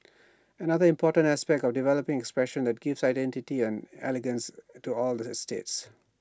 another important aspect developing expressions that give identity and elegance to all the estates